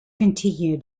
continue